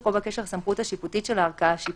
או בקשר לסמכות השיפוט של הערכאה השיפוטית.